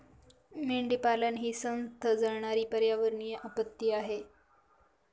मेंढीपालन ही संथ जळणारी पर्यावरणीय आपत्ती आहे